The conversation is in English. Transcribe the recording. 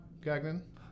Gagnon